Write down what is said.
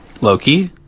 Loki